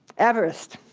everest,